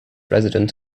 resident